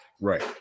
Right